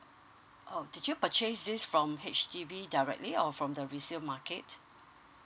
oh did you purchase this from H_D_B directly or from the resale market